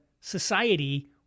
society